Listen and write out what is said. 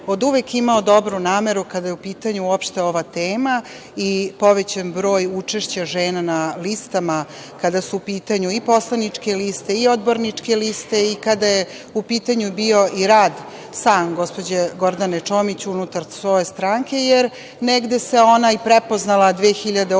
oduvek imao dobru nameru kada je u pitanju uopšte ova tema i povećan broj učešća žena na listama kada su u pitanju i poslaničke liste i odborničke liste i kada je u pitanju bio i sam rad gospođe Gordane Čomić unutar svoje stranke. Jer, negde se ona i prepoznala 2008.